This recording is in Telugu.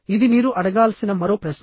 ఇది మీరు అడగాల్సిన మరో ప్రశ్న